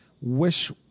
wish